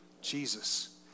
Jesus